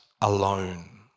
alone